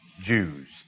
Jews